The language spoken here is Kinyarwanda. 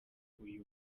uyu